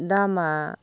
दामआ